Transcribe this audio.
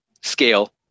scale